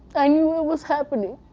i knew it was happening.